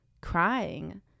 crying